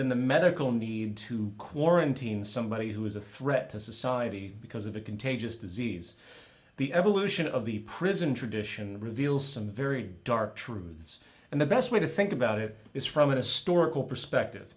than the medical need to quarantine somebody who is a threat to society because of a contagious disease the evolution of the prison tradition reveals some very dark truths and the best way to think about it is from a store perspective